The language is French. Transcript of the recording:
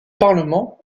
parlement